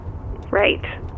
Right